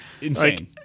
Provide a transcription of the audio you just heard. Insane